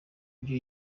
byo